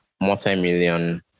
multi-million